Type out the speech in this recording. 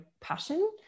passion